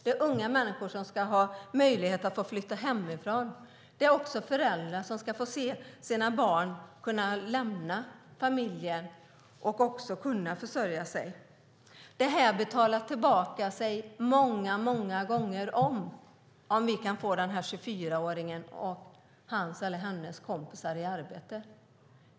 Det är unga människor som ska kunna flytta hemifrån. Det är också föräldrar som måste få se barnen lämna familjen och kunna försörja sig själva. Om vi kan få 24-åringen och hans eller hennes kompisar i arbete betalar det sig många gånger om.